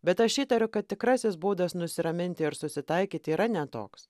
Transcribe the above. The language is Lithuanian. bet aš įtariu kad tikrasis būdas nusiraminti ir susitaikyti yra ne toks